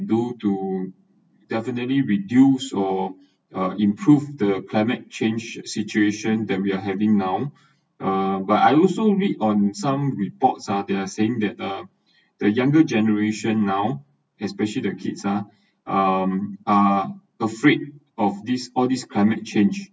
due to definitely reduce or uh improve the climate change situation that we are having now uh but I also read on some reports ah they're saying that uh the younger generation now especially the kids ah um are afraid of these all these climate change